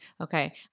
Okay